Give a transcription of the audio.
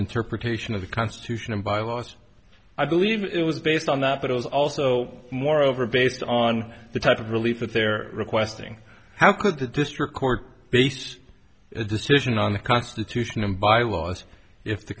interpretation of the constitution and bylaws i believe it was based on that but it was also moreover based on the type of relief that they're requesting how could the district court base a decision on the constitution and bylaws if the